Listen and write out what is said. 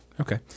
Okay